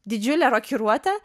didžiulė rokiruotė